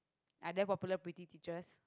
are there popular pretty teachers